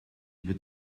über